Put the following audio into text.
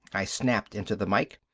i snapped into the mike,